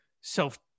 self